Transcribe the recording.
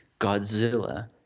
Godzilla